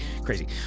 crazy